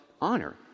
honor